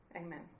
Amen